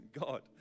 God